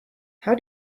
how